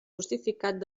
justificat